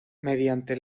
mediante